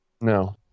No